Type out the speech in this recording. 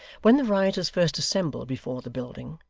when the rioters first assembled before the building,